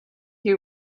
you